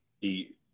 eat